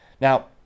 Now